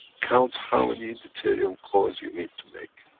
count how many deuterium cores you need to make.